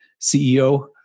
CEO